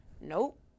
nope